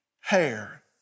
hair